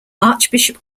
archbishop